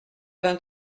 vingt